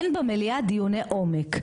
אין במליאה דיוני עומק,